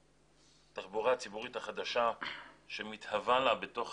התחבורה הציבורית החדשה שמתהווה לה בתוך